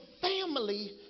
family